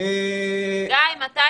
גיא, מתי